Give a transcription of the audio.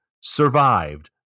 survived